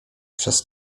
przez